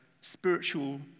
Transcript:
spiritual